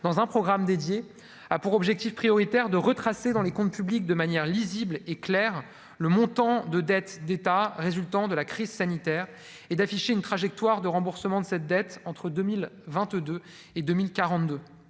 dans un programme dédié à pour objectif prioritaire de retracer dans les comptes publics de manière lisible et clair, le montant de dettes d'État résultant de la crise sanitaire et d'afficher une trajectoire de remboursement de cette dette entre 2000 22 et 2042